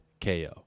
KO